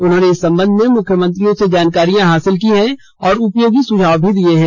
उन्होंने इस संबंध में मुख्यमंत्रियों से जानकारियां हासिल की हैं और उपयोगी सुझाव भी दिये हैं